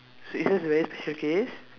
so it's just a very special case